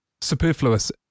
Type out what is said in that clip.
superfluous